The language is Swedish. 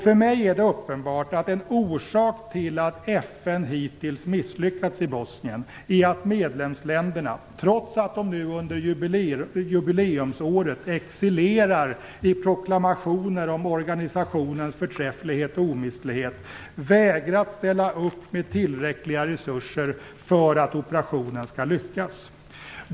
För mig är det uppenbart att en orsak till att FN hittills misslyckats i Bosnien är att medlemsländerna, trots att de nu under jubileumsåret excellerar i proklamationer om organisationens förträfflighet och omistlighet, vägrat ställa upp med tillräckliga resurser för att operationen skall lyckas.